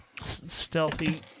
Stealthy